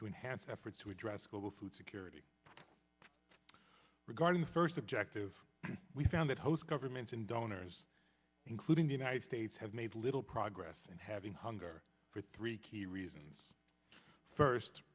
to enhance efforts to address global food security regarding the first objective we found that host governments and donors including the united states have made little progress and having hunger for three key reasons first